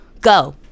Go